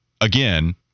again